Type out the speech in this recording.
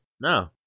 No